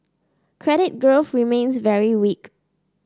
credit growth remains very weak